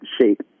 shape